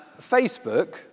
Facebook